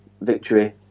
victory